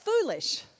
foolish